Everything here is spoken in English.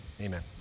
amen